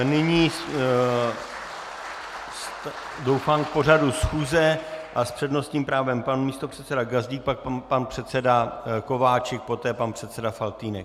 Nyní doufám k pořadu schůze s přednostním právem pan místopředseda Gazdík, pak pan předseda Kováčik, poté pan předseda Faltýnek.